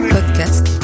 Podcast